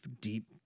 deep